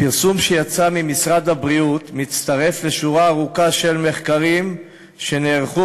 הפרסום שיצא ממשרד הבריאות מצטרף לשורה ארוכה של מחקרים שנערכו